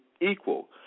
equal